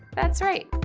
that's right!